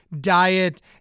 diet